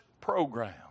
program